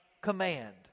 command